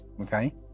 okay